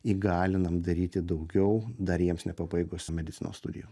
įgalinam daryti daugiau dar jiems nepabaigus medicinos studijų